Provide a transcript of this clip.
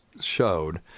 showed